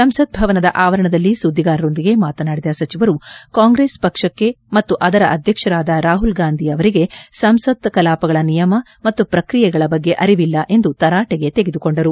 ಸಂಸತ್ ಭವನದ ಆವರಣದಲ್ಲಿ ಸುದ್ಲಿಗಾರೊಂದಿಗೆ ಮಾತನಾಡಿದ ಸಚಿವರು ಕಾಂಗ್ರೆಸ್ ಪಕ್ಷಕ್ಷ ಮತ್ತು ಅದರ ಅಧ್ಯಕ್ಷರಾದ ರಾಮಲ್ ಗಾಂಧಿ ಅವರಿಗೆ ಸಂಸತ್ ಕಲಾಪಗಳ ನಿಯಮ ಮತ್ತು ಪ್ರಕ್ರಿಯೆಗಳ ಬಗ್ಗೆ ಅರಿವಿಲ್ಲ ಎಂದು ತರಾಟೆಗೆ ತೆಗೆದುಕೊಂಡರು